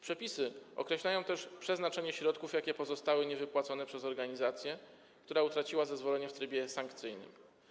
Przepisy określają też przeznaczenie środków, jakie pozostały niewypłacone przez organizację, która utraciła zezwolenie w trybie sankcyjnym.